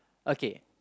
okay